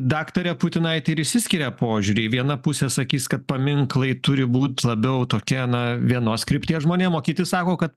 daktare putinaite ir išsiskiria požiūriai viena pusė sakys kad paminklai turi būt labiau tokie na vienos krypties žmonėm o kiti sako kad